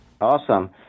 Awesome